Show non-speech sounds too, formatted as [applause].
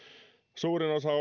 suurin osa [unintelligible]